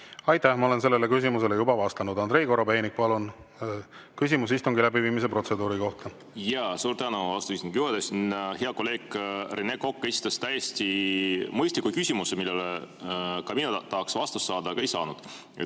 Aitäh! Ma olen sellele küsimusele juba vastanud. Andrei Korobeinik, palun, küsimus istungi läbiviimise protseduuri kohta! Jaa, suur tänu, austatud istungi juhataja! Hea kolleeg Rene Kokk esitas täiesti mõistliku küsimuse, millele ka mina tahaks vastust saada, aga ei saanud.